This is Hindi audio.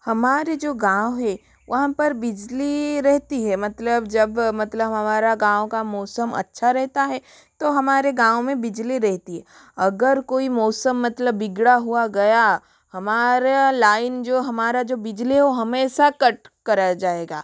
हमारे जो गाँव है वहाँ पर बिजली रहती है मतलब जब मतलब हमारा गाँव का मौसम अच्छा रहता है तो हमारे गाँव में बिजली रहती है अगर कोई मौसम मतलब बिगड़ा हुआ गया हमारा लाइन जो हमारा जो बिजली है वह हमेशा कट कर रह जाएगा